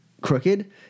crooked